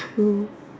true